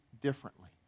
differently